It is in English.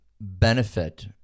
benefit